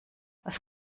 was